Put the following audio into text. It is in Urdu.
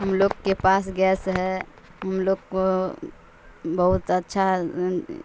ہم لوگ کے پاس گیس ہے ہم لوگ کو بہت اچھا